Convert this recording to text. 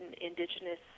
indigenous